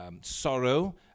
sorrow